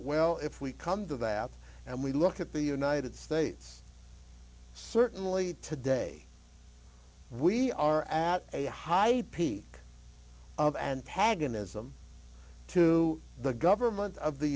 well if we come to that and we look at the united states certainly today we are at a high peak of and pag an ism to the government of the